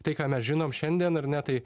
tai ką mes žinom šiandien ar ne tai